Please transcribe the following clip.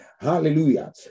Hallelujah